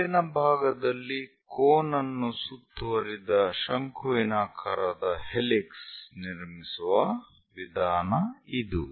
ಮೇಲಿನ ಭಾಗದಲ್ಲಿ ಕೋನ್ ಅನ್ನು ಸುತ್ತುವರಿದ ಶಂಕುವಿನಾಕಾರದ ಹೆಲಿಕ್ಸ್ ನಿರ್ಮಿಸುವ ವಿಧಾನ ಇದು